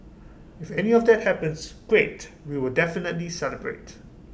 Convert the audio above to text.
if any of that happens great we will definitely celebrate